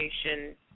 station